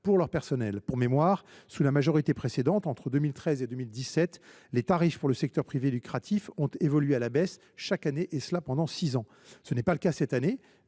de leur personnel. Pour mémoire, sous la majorité précédente, entre 2013 et 2017, les tarifs pour le secteur privé lucratif ont évolué à la baisse chaque année, et cela pendant six ans. Ce n’est pas le cas cette année,